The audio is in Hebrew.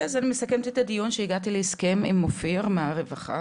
אז אני מסכמת את הדיון כשהגעתי להסכם עם אופיר מהרווחה